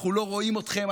אנחנו לא רואים אתכם,